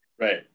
Right